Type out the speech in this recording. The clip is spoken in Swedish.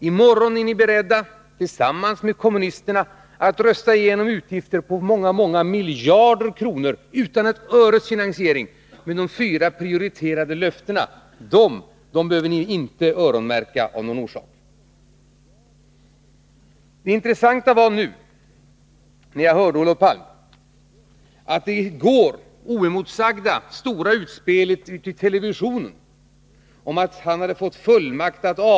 I morgon är ni beredda att tillsammans med kommunisterna rösta igenom utgifter på många miljarder kronor utan ett öres finansiering, men de fyra prioriterade löftena måste ni av någon orsak öronmärka pengarna till! I går gjorde Olof Palme ett stort, oemotsagt, utspel i televisionen om att han fått fullmakt att avgå.